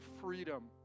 freedom